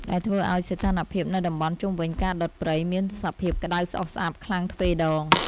ដែលធ្វើឱ្យសីតុណ្ហភាពនៅតំបន់ជុំវិញការដុតព្រៃមានសភាពក្ដៅស្អុះស្អាប់ខ្លាំងទ្វេដង។